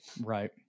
Right